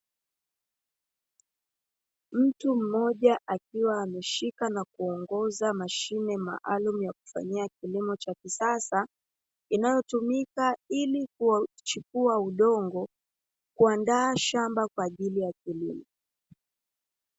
Mtu mmoja akiwa ameshika na kuongoza mashine maalumu ya kufanyia kilimo cha kisasa, inayotumika ili kuchukua udongo kuandaa shamba kwa ajili ya kilimo.